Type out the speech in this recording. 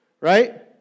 Right